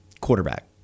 quarterback